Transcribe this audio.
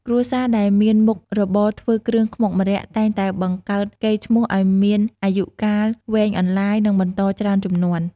គ្រួសារដែលមានមុខរបរធ្វើគ្រឿងខ្មុកម្រ័ក្សណ៍តែងតែបង្កើតកេរ្តិ៍ឈ្មោះឱ្យមានអាយុកាលវែងអន្លាយ និងបន្តច្រើនជំនាន់។